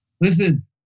Listen